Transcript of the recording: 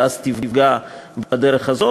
ואז תפגע בדרך הזאת,